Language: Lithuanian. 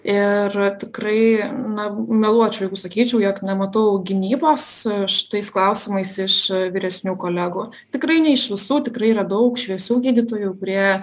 ir tikrai na meluočiau jeigu sakyčiau jog nematau gynybos šitais klausimais iš vyresnių kolegų tikrai ne iš visų tikrai yra daug šviesių gydytojų kurie